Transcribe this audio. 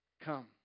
come